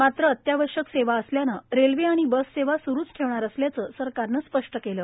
मात्र अत्यावश्यक सेवा असल्याने रेल्वे आणि बससेवा स्रूच ठेवणार असल्याचे सरकारने स्पष्ट केले